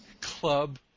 Club